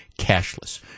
cashless